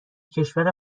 کشور